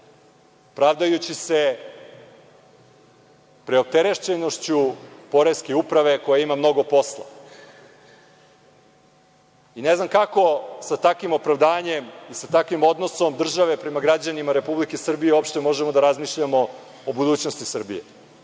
pravdajući se preopterećenošću Poreske uprave koja ima mnogo posla i ne znam kako sa takvim opravdanjem i sa takvim odnosom države prema građanima Republike Srbije uopšte možemo da razmišljamo o budućnosti Srbije.